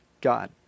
God